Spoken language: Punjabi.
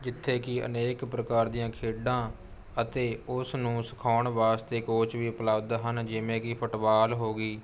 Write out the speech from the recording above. ਜਿੱਥੇ ਕਿ ਅਨੇਕ ਪ੍ਰਕਾਰ ਦੀਆਂ ਖੇਡਾਂ ਅਤੇ ਉਸ ਨੂੰ ਸਿਖਾਉਣ ਵਾਸਤੇ ਕੌਚ ਵੀ ਉਪਲਬਧ ਹਨ ਜਿਵੇਂ ਕਿ ਫੁੱਟਬਾਲ ਹੋ ਗਈ